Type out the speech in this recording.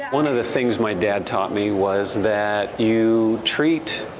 one of the things my dad taught me was that you treat,